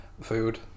food